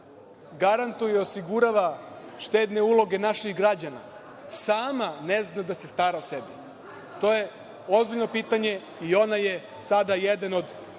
garantuje i osigurava štedne uloge naših građana, sama ne zna da se stara o sebi. To je ozbiljno pitanje i ona je sada jedan od